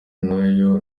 n’uyu